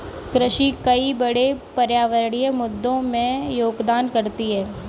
कृषि कई बड़े पर्यावरणीय मुद्दों में योगदान करती है